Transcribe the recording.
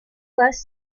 pus